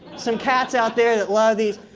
some cats out there that love these.